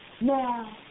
Now